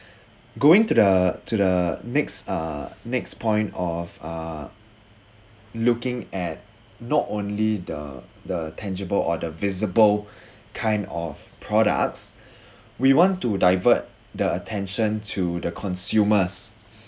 going to the to the next uh next point of uh looking at not only the the tangible or the visible kind of products we want to divert the attention to the consumers